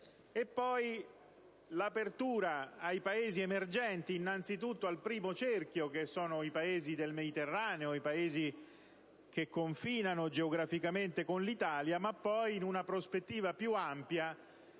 e poi l'apertura ai Paesi emergenti, innanzitutto al primo cerchio (i Paesi del Mediterraneo e i Paesi che confinano geograficamente con l'Italia) e, in una prospettiva più ampia,